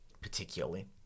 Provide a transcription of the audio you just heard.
particularly